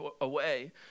away